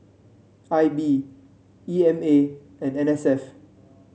I B E M A and N S F